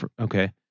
Okay